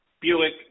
Buick